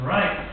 Right